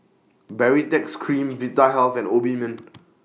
Baritex Cream Vitahealth and Obimin